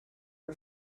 her